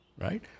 right